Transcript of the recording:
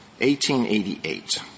1888